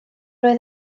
oedd